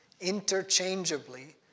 interchangeably